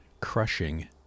crushing